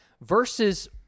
versus